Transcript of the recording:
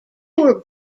were